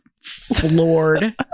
Floored